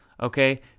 okay